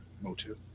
Motu